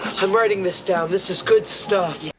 i'm writing this down. this is good stuff.